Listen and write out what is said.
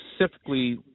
specifically